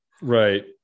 Right